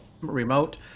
remote